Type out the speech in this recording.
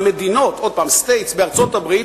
ה-states בארצות-הברית,